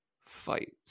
fight